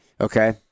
Okay